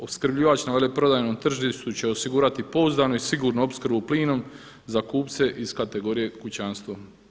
Opskrbljivač na veleprodajnom tržištu će osigurati pouzdano i sigurno opskrbu plinom za kupce iz kategorije kućanstvo.